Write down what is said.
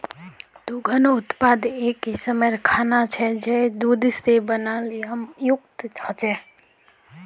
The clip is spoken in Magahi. दुग्ध उत्पाद एक किस्मेर खाना छे जये दूध से बनाल या युक्त ह छे